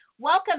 welcome